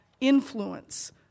influence